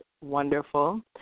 wonderful